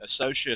associate